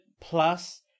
Plus